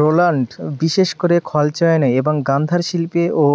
Roland বিশেষ করে খলচয়নে এবং গান্ধার শিল্পে ও